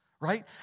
Right